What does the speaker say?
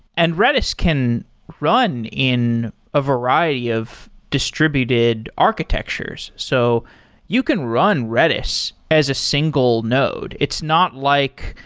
and redis can run in a variety of distributed architectures. so you can run redis as a single node. it's not like